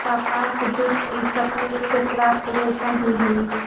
कपास, जूट इ सब पेड़ से प्राप्त रेशा ही हई